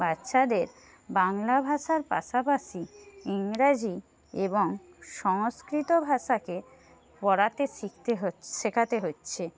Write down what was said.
বাচ্চাদের বাংলা ভাষার পাশাপাশি ইংরাজি এবং সংস্কৃত ভাষাকে পড়াতে শিখতে শেখাতে হচ্ছে